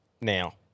now